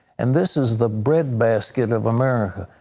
and this is the bread basket of america.